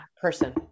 Person